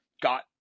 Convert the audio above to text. got